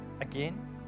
again